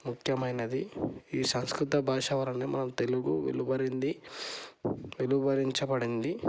ముఖ్యమైనది ఈ సంస్కృత భాష వలనే మన తెలుగు వెలువరింది వెలువరించబడింది